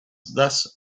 thus